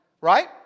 Right